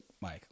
Mike